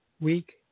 Week